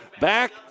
Back